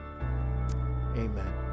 amen